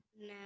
no